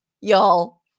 y'all